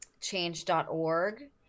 change.org